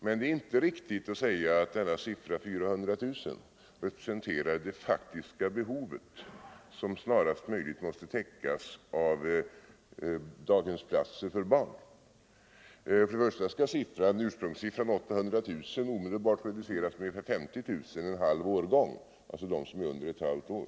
Men det är inte riktigt att säga att siffran 400 000 representerar det faktiska behovet av daghemsplatser för barn som snarast möjligt måste täckas. För det första skall ursprungssiffran 800 000 omedelbart reduceras med ungefär 50 000 — en halv årgång. Det gäller dem som är under ett halvt år.